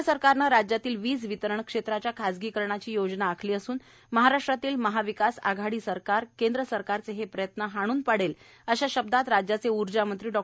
केंद्र सरकारने राज्यातील वीज वितरण क्षेत्राच्या खाजगीकरणाची योजना आखली असून महाराष्ट्रातील महाविकास आघाडी सरकार केंद्र सरकारचे हे प्रयत्न हाणून पाडेल अश्या शब्दात राज्याचे ऊर्जामंत्री डॉ